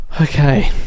Okay